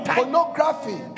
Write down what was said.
pornography